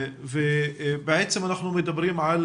אנחנו מדברים על